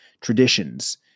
traditions